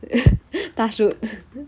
touch wood